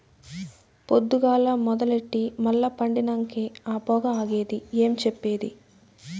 పొద్దుగాల మొదలెట్టి మల్ల పండినంకే ఆ పొగ ఆగేది ఏం చెప్పేది